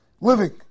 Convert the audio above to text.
living